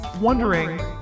wondering